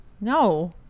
No